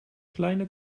kleine